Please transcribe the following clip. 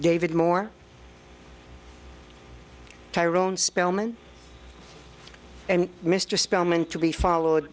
david moore tyrone spellman and mr spelman to be followed